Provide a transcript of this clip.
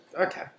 Okay